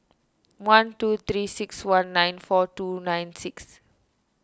one two three six one nine four two nine six